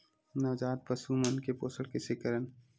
नवजात पशु मन के पोषण कइसे करन?